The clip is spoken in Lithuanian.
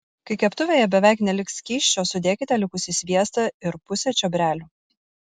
kai keptuvėje beveik neliks skysčio sudėkite likusį sviestą ir pusę čiobrelių